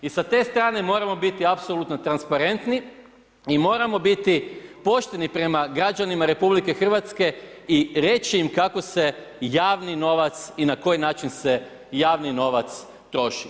I sa te strane moramo biti apsolutno transparenti i moramo biti pošteni prema građanima RH i reći im kako se javni novac i na koji način se javni novac troši.